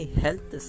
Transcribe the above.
health